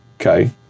okay